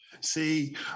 See